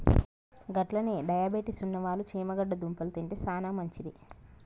గట్లనే డయాబెటిస్ ఉన్నవాళ్ళు చేమగడ్డ దుంపలు తింటే సానా మంచిది